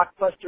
blockbuster